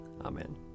Amen